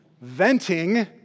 Venting